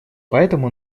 поэтому